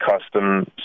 custom